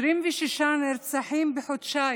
26 נרצחים בחודשיים,